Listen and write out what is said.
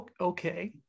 Okay